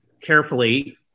carefully